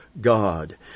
God